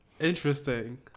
Interesting